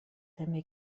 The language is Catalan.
també